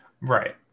Right